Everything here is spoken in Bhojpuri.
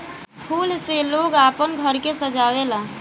फूल से लोग आपन घर के सजावे ला